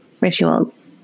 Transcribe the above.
rituals